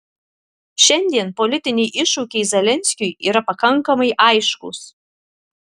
šiandien politiniai iššūkiai zelenskiui yra pakankamai aiškūs